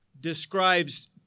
describes